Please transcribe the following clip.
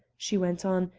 she went on,